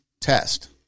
test